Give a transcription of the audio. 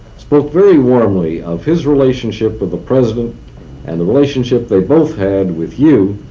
spoke very warmly of his relationship with the president and the relationship they both had with you